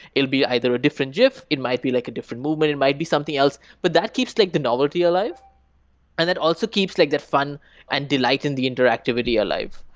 it will be either a different gif. it might be like a different movement. it and might be something else, but that keeps like the novelty alive and that also keeps like the fun and delight and the interactivity alive,